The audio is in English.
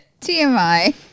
tmi